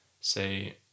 say